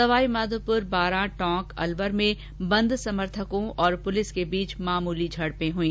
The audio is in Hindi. सवाईमाघोप्र बारां टोंक अलवर में बंद समर्थकों और पुलिस के बीच मामूली झड़पें हई